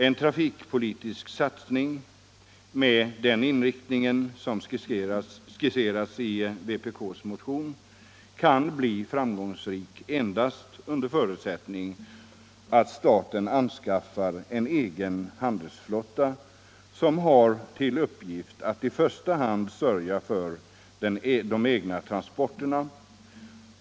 En trafikpolitisk satsning med den inriktning som skisserats i vpk:s motion kan bli framgångsrik endast under förutsättning att staten anskaffar en egen handelsflotta som har till uppgift att i första hand sörja för de egna transporterna.